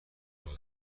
بازی